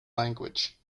language